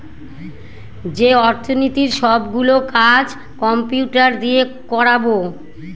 যে অর্থনীতির সব গুলো কাজ কম্পিউটার দিয়ে করাবো